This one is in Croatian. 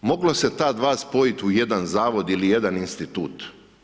Moglo se ta dva spojiti u jedna zavod ili jedan institut.